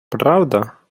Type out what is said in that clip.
правда